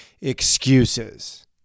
excuses